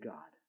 God